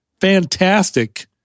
fantastic